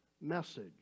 message